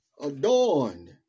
adorned